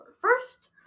First